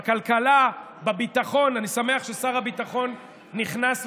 בכלכלה, בביטחון, אני שמח ששר הביטחון נכנס לכאן.